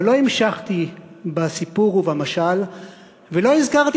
אבל לא המשכתי בסיפור ובמשל ולא הזכרתי